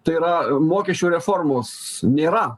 tai yra mokesčių reformos nėra